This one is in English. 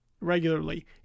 regularly